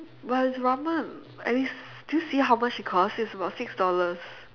but it's ramen and it's did you see how much it cost it's about six dollars